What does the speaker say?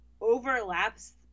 overlaps